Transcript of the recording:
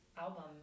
album